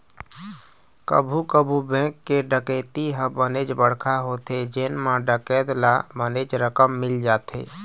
कभू कभू बेंक के डकैती ह बनेच बड़का होथे जेन म डकैत ल बनेच रकम मिल जाथे